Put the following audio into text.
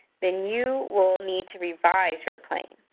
then you will need to revise your claim.